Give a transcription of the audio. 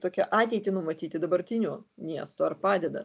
tokią ateitį numatyti dabartinio miesto ar padeda